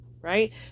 Right